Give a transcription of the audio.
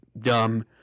dumb